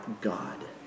God